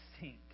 sink